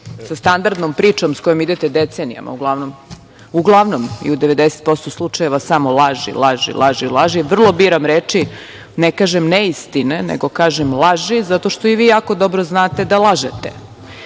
sa standardnom pričom, sa kojom idete decenijama. Uglavnom i u 90% slučajeva samo laži, laži, laži. Vrlo biram reči, ne kažem ne istine, nego kažem laži, zato što i vi jako dobro znate da lažete. Dakle,